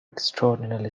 extraordinarily